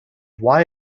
why